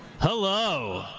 hello.